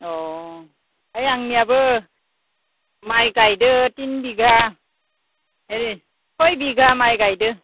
अ ओइ आंनियाबो माइ गायदों थिन बिगा ओरै सय बिगा माइ गायदों